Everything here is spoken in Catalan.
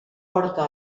porta